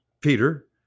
Peter